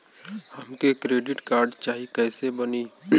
हमके credit card चाही कैसे बनी?